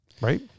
Right